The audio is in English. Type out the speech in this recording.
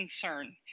concern